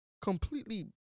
completely